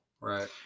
Right